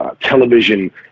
television